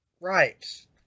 right